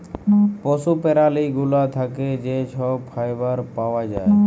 পশু প্যারালি গুলা থ্যাকে যে ছব ফাইবার পাউয়া যায়